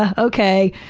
ah ok,